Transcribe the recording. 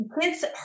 Kids